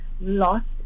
lost